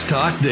Talk